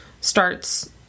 starts